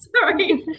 Sorry